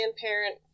Parent